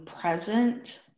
present